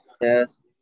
Yes